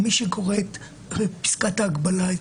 מי שקורא את פסקת ההגבלה,